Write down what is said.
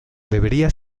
debería